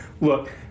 Look